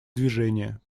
движение